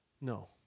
No